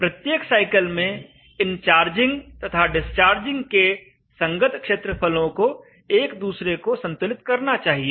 प्रत्येक साइकिल में इन चार्जिंग तथा डिस्चार्जिंग के संगत क्षेत्रफलों को एक दूसरे को संतुलित करना चाहिए